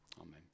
Amen